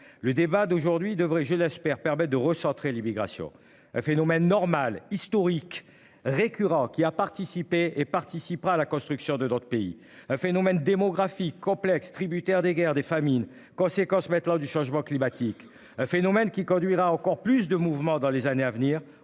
Le débat d'aujourd'hui devrait, je l'espère permet de recentrer l'immigration phénomène normal historique récurrent qui a participé et participera à la construction de notre pays. Phénomène. Complexe tributaire des guerres des famines conséquence lors du changement climatique. Un phénomène qui conduira encore plus de mouvement dans les années à venir